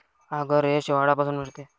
आगर हे शेवाळापासून मिळते